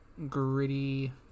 Gritty